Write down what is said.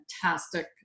fantastic